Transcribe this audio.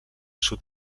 sud